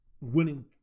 winning